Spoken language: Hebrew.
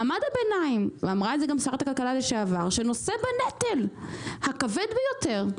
מעמד הביניים, שנושא בנטל הכבד ביותר,